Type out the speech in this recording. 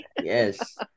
Yes